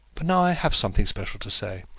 but now i have something special to say.